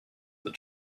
that